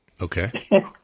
Okay